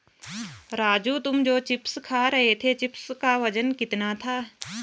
राजू तुम जो चिप्स खा रहे थे चिप्स का वजन कितना था?